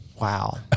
Wow